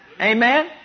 Amen